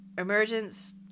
emergence